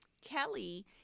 Kelly